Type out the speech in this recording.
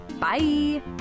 Bye